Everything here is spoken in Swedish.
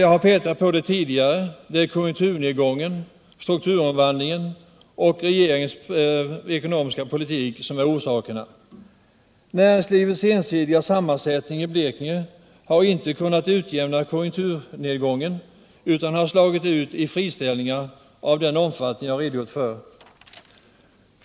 Jag har pekat på det tidigare: Det är konjunkturnedgången, strukturomvandlingen och regeringens ekonomiska politik som är orsakerna. Näringslivets ensidiga sammansättning i Blekinge har inte kunnat utjämna konjunkturnedgången utan har slagit ut i friställningar av den omfattning jag redogjort för.